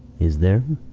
is there?